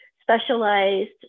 specialized